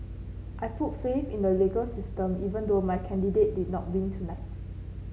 I put faith in the legal system even though my candidate did not win tonight